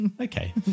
Okay